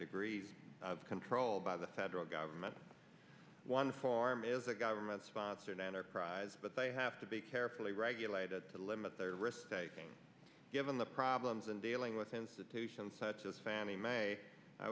degrees of control by the federal government one form is a government sponsored enterprise but they have to be carefully regulated to limit their risk taking given the problems and dealing with institutions such as fannie mae i